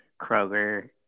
Kroger